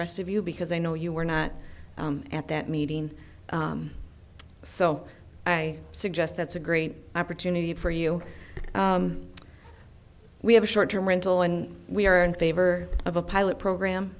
rest of you because i know you were not at that meeting so i suggest that's a great opportunity for you we have a short term rental and we are in favor of a pilot program